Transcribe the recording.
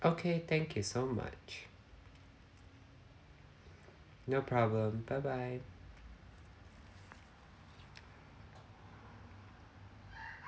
okay thank you so much no problem bye bye